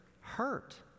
hurt